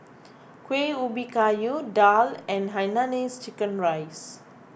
Kueh Ubi Kayu Daal and Hainanese Chicken Rice